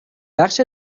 بخش